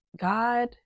God